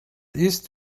ist